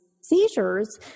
seizures